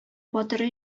батыры